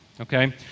okay